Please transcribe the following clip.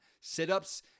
sit-ups